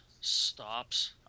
stops